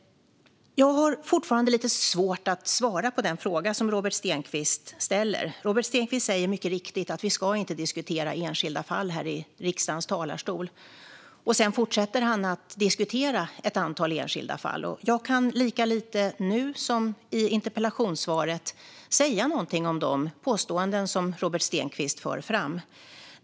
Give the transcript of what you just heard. Jag har fortfarande lite svårt att svara på den fråga som Robert Stenkvist ställer. Robert Stenkvist säger mycket riktigt att vi inte ska diskutera enskilda fall här i riksdagens talarstol. Sedan fortsätter han att diskutera ett antal enskilda fall. Jag kan lika lite nu som i interpellationssvaret säga någonting om de påståenden som Robert Stenkvist för fram.